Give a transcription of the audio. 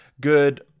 good